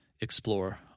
explore